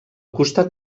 costat